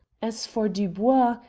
as for dubois,